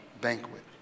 banquet